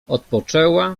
odpoczęła